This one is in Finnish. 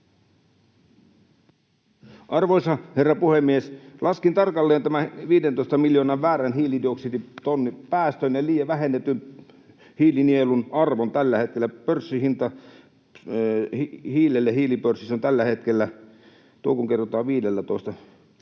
Arvoisa herra puhemies! Laskin tarkalleen tämän 15 miljoonan väärän hiilidioksiditonnin päästön eli vähennetyn hiilinielun arvon tällä hetkellä. Pörssihinta hiilelle hiilipörssissä on tällä hetkellä... Tuo kun kerrotaan